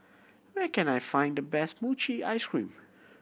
where can I find the best mochi ice cream